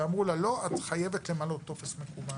אבל אמרו לה: לא, את חייבת למלא טופס מקוון.